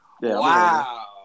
Wow